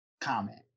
comment